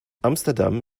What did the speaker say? amsterdam